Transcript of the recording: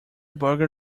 burger